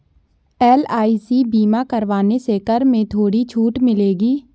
LIC बीमा करवाने से कर में थोड़ी छूट मिलेगी